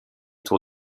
tour